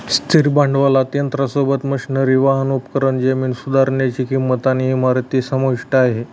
स्थिर भांडवलात यंत्रासोबत, मशनरी, वाहन, उपकरण, जमीन सुधारनीची किंमत आणि इमारत समाविष्ट आहे